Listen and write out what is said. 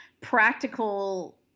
practical